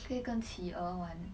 可以跟企鹅玩